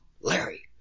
Larry